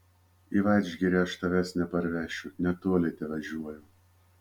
į vadžgirį aš tavęs neparvešiu netoli tevažiuoju